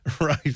Right